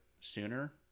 sooner